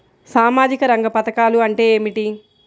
సామాజిక రంగ పధకాలు అంటే ఏమిటీ?